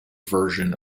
version